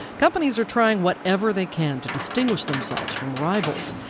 companies are trying whatever they can to distinguish themselves from rivals.